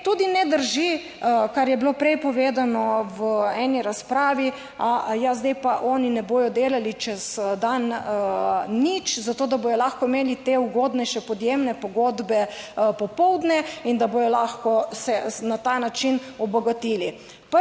tudi ne drži, kar je bilo prej povedano v eni razpravi. aja, zdaj pa oni ne bodo delali čez dan nič zato, da bodo lahko imeli te ugodnejše podjemne pogodbe popoldne in da bodo lahko se na ta način obogatili.